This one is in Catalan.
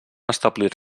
establir